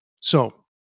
So-